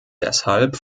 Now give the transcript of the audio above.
deshalb